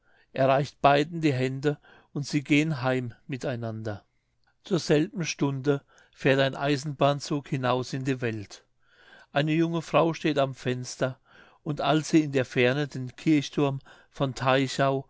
reicht beiden die hände und sie gehen heim miteinander zur selben stunde fährt ein eisenbahnzug hinaus in die welt eine junge frau steht am fenster und als sie in der ferne den kirchturm von